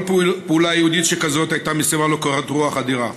כל פעולה יהודית שכזאת הייתה מסבה לו קורת רוח אדירה.